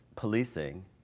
Policing